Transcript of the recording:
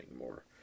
more